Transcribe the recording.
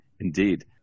Indeed